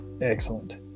excellent